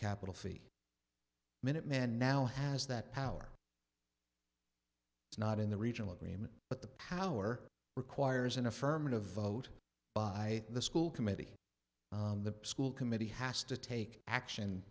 capital fifty minute man now has that power it's not in the regional agreement but the power requires an affirmative vote by the school committee the school committee has to take action